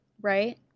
Right